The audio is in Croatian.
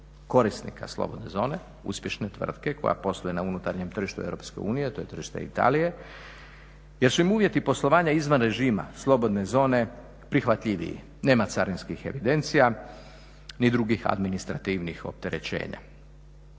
korisnika slobodne zone, uspješne tvrtke koja posluje na unutarnjem tržištu Europske unije, a to je tržište Italije jer su im uvjeti poslovanja izvan režima slobodne zone prihvatljiviji. Nema carinskih evidencija ni drugih administrativnih opterećenja.